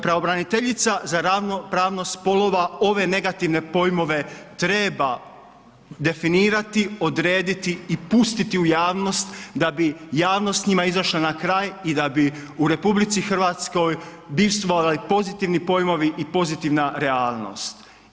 Pravobraniteljici za ravnopravnost spolova ove negativne pojmove treba definirati, odrediti i pustiti u javnost da bi javnost njima izašla na kraj i da bi u RH bivstvovali pozitivni pojmovi i pozitivna realnost.